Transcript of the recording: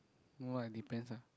no ah depends ah